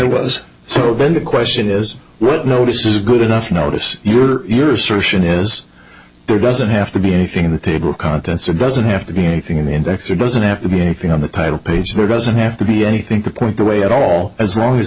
was so then the question is what notice is good enough notice your assertion is there doesn't have to be anything in the table of contents it doesn't have to be anything in the index or doesn't have to be anything on the title page there doesn't have to be anything to point the way at all as long as